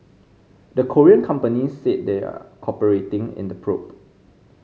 the Korean companies said they're cooperating in the probe